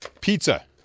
pizza